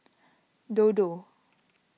Dodo